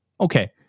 okay